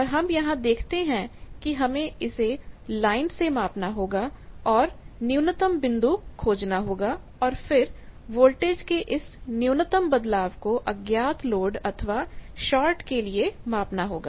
और हम यहां देखते हैं कि हमें इसे लाइन से मापना होगा और न्यूनतम बिंदु खोजना होगा और फिर वोल्टेज की इस न्यूनतम बदलाव को अज्ञात लोड अथवा शार्ट के लिए मापना होगा